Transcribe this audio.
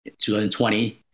2020